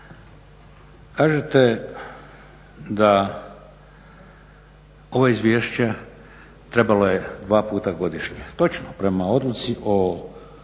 Kažete da ovo Izvješće trebalo je dva puta godišnje. Točno, prema Odluci